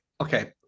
okay